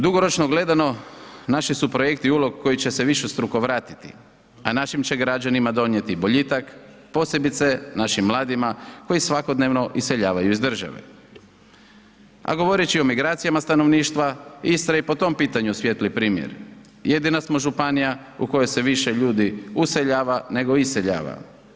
Dugoročno gledano, naši su projekti ulog koji će se višestruko vratiti, a našim će građanima donijeti boljitak, posebice našim mladima koji svakodnevno iseljavaju iz države, a govoreći o migracijama stanovništva Istra je i po tom pitanju svijetli primjer, jedina smo županija u kojoj se više ljudi useljava nego iseljava.